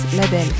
label